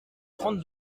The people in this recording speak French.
trente